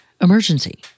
emergency